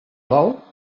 bou